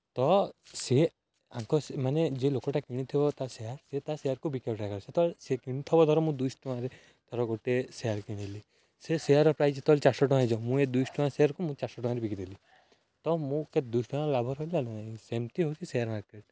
ତ ସେ ଆଙ୍କ ମାନେ ଯିଏ ଲୋକଟା କିଣିଥିବ ତା ସେୟାର୍ ସେ ତା ସେୟାର୍କୁ ସେ ତ ସେ କିଣିଥିବ ଧର ମୁଁ ଦୁଶ ଟଙ୍କାରେ ଧର ଗୋଟେ ସେୟାର୍ କିଣିଲି ସେ ସେୟାର୍ର ପ୍ରାଇସ୍ ଯେତେବେଳେ ଚାରିଶହ ଟଙ୍କା ହୋଇଯିବ ମୁଁ ଏ ଦୁଇଶହ ଟଙ୍କା ସେୟାର୍କୁ ମୁଁ ଚାରିଶହ ଟଙ୍କାରେ ବିକିଦେଲି ତ ମୁଁ କେତେ ଦୁଶ ଟଙ୍କା ଲାଭ ପାଇଲି ନା ନାହିଁ ସେମିତି ହେଉଛି ସେୟାର୍ ମାର୍କଟ୍